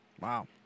Wow